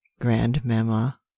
grandmamma